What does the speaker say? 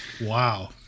Wow